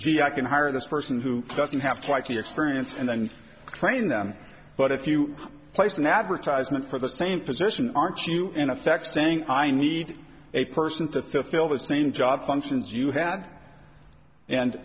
gee i can hire this person who doesn't have quite the experience and then train them but if you place an advertisement for the same position aren't you in effect saying i need a person to fill the same job functions you had and